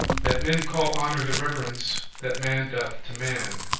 that men call honour the reverence that man doth to man